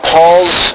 Paul's